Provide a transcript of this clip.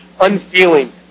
unfeeling